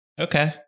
okay